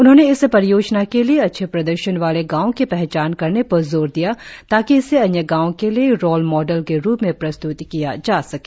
उन्होंने इस परियोजना के लिए अच्छे प्रदर्शन वाले गांव की पहचान करने पर जोर दिया ताकि इसे अन्य गांवों के लिए रोल मॉडल के रुप में प्रस्त्त किया जा सके